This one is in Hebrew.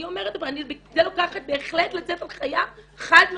את זה אני לוקחת ובהחלט תצא הנחייה חד משמעית.